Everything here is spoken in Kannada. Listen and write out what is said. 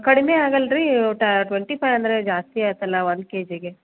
ಕಡಿಮೆ ಆಗಲ್ರೀ ಟ್ವೆಂಟಿ ಫೈವ್ ಅಂದರೆ ಜಾಸ್ತಿ ಆಯಿತಲ್ಲ ಒಂದು ಕೆ ಜಿಗೆ